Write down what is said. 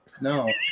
No